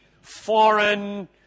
foreign